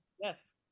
Yes